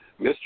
Mr